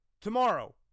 tomorrow